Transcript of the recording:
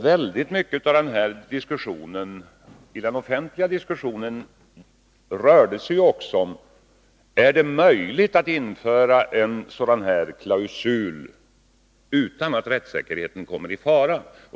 Väldigt mycket av den offentliga diskussionen rörde sig också om huruvida det var möjligt att införa en sådan här klausul utan att rättssäkerheten kom i fara.